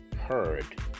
heard